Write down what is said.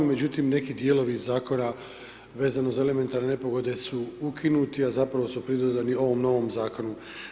Međutim, neki dijelovi Zakona vezano za elementarne nepogode su ukinuti, a zapravo su pridodani ovom novom Zakonu.